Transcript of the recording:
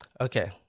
okay